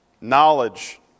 Knowledge